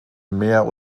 mehr